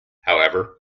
however